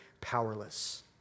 powerless